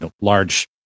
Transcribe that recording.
large